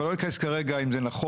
ואני לא אכנס כרגע אם זה נכון,